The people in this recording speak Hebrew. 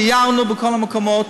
סיירנו בכל המקומות,